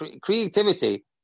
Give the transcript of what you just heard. Creativity